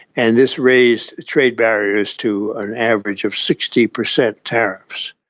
and this raiseg trade barriers to an average of sixty percent tariffs.